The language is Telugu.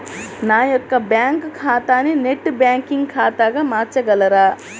నా యొక్క బ్యాంకు ఖాతాని నెట్ బ్యాంకింగ్ ఖాతాగా మార్చగలరా?